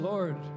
Lord